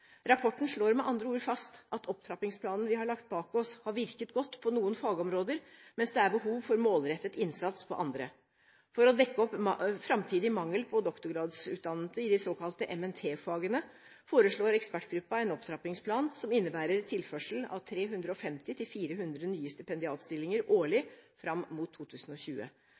Rapporten slår med andre ord fast at opptrappingsplanen vi har lagt bak oss, har virket godt på noen fagområder, mens det er behov for målrettet innsats på andre. For å dekke opp framtidig mangel på doktorgradsutdannede i de såkalte MNT-fagene foreslår ekspertgruppen en opptrappingsplan som innebærer tilførsel av 350–400 nye stipendiatstillinger årlig fram mot 2020.